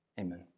Amen